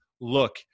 look